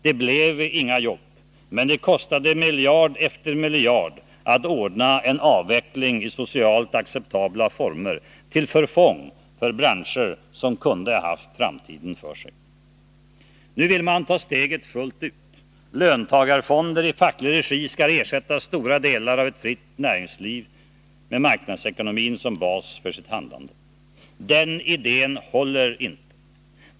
Det blev inga jobb, men det kostade miljard efter miljard att ordna en avveckling i socialt acceptabla former, till förfång för branscher som kunde ha haft framtiden för sig. Nu vill man ta steget fullt ut. Löntagarfonder i facklig regi skall ersätta stora delar av ett fritt näringsliv med marknadsekonomin som bas för sitt handlande. Den idén håller inte.